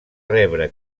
rebre